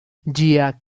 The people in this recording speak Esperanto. ĝia